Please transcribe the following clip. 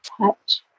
touch